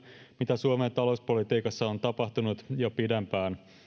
mitä suomen talouspolitiikassa on tapahtunut jo pidempään